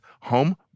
home